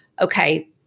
okay